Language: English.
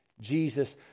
Jesus